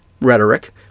rhetoric